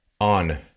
On